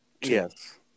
Yes